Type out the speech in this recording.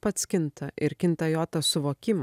pats kinta ir kinta jo tas suvokimas